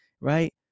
right